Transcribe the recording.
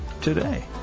today